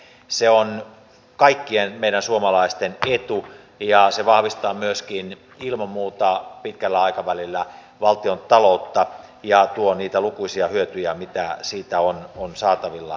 se on kaikkien meidän suomalaisten etu ja se vahvistaa myöskin ilman muuta pitkällä aikavälillä valtiontaloutta ja tuo niitä lukuisia hyötyjä mitä siitä on saatavilla